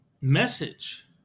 message